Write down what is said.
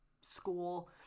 school